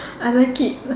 I like it